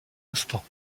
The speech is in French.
instant